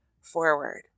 forward